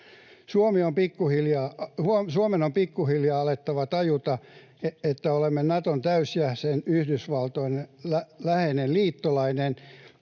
Suomen on pikkuhiljaa alettava tajuta, että olemme Naton täysjäsen, Yhdysvaltojen läheinen liittolainen,